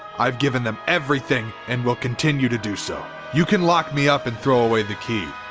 i've given them everything, and will continue to do so. you can lock me up and throw away the key,